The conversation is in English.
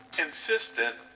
insistent